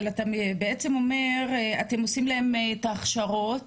אבל אתה בעצם אומר שאתם עושים להם את ההכשרות